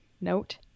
note